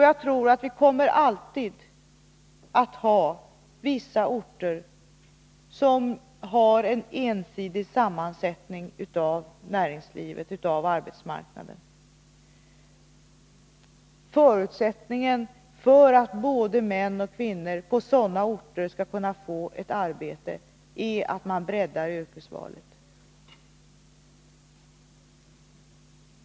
Jag tror att det alltid kommer att finnas vissa orter som har en ensidig sammansättning av näringslivet och arbetsmarknaden. Förutsättningen för att både män och kvinnor på sådana orter skall kunna få ett arbete är att man breddar yrkesvalet.